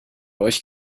euch